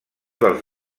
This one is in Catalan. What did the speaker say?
dels